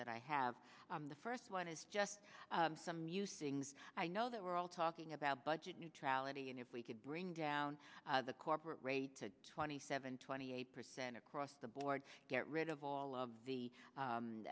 that i have the first one is just some you sings i know that we're all talking about budget neutrality and if we could bring down the corporate rate to twenty seven twenty eight percent across the board get rid of all of the